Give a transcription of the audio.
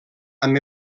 amb